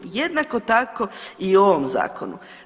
Jednako tako, i u ovom Zakonu.